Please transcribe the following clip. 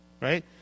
Right